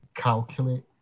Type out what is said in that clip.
calculate